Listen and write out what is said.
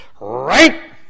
right